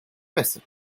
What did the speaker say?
besser